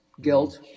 guilt